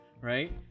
right